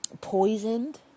poisoned